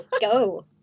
go